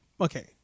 Okay